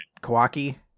Kawaki